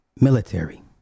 military